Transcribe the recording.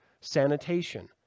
Sanitation